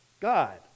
God